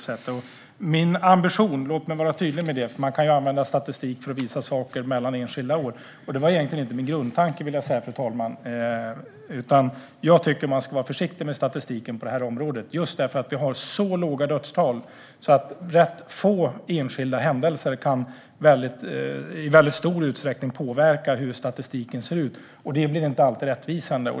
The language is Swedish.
Statistik kan användas för att visa hur saker förändras mellan enskilda år. Det var egentligen inte min grundtanke, fru ålderspresident. Jag tycker att man ska vara försiktig med statistiken på det här området. Just eftersom vi har så låga dödstal kan ganska få enskilda händelser påverka statistiken i stor utsträckning. Det blir inte alltid rättvisande.